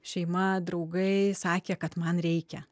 šeima draugai sakė kad man reikia